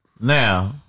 Now